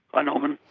ah norman.